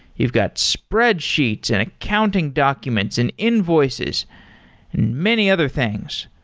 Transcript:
you've got spreadsheets, and accounting documents, and invoices, and many other things.